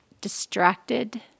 distracted